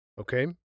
okay